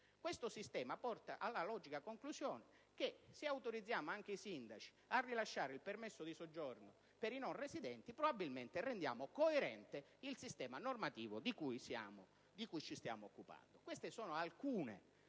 Tale sistema porta alla logica conclusione che, se autorizziamo anche i sindaci a rilasciare il permesso di soggiorno per i non residenti, probabilmente rendiamo coerente il sistema normativo di cui ci stiamo occupando. Queste sono alcune delle ragioni